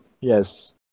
yes